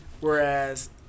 Whereas